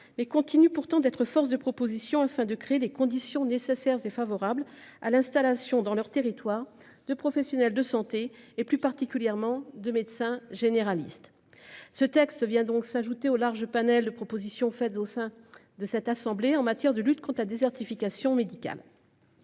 ils continuent d'être force de proposition, afin de créer les conditions nécessaires et favorables à l'installation dans leurs territoires de professionnels de santé et, plus particulièrement, de médecins généralistes. Ce texte s'ajoute à la panoplie des propositions faites au sein de cette assemblée en matière de lutte contre la désertification médicale.